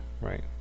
right